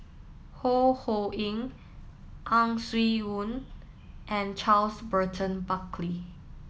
Ho Ho Ying Ang Swee Aun and Charles Burton Buckley